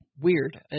weird